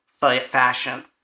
fashion